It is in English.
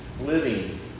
living